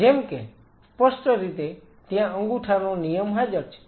જેમકે સ્પષ્ટ રીતે ત્યાં અંગૂઠાનો નિયમ હાજર છે